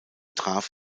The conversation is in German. traf